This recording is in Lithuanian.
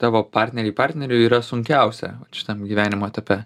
tavo partnerei partneriui yra sunkiausia šitam gyvenimo etape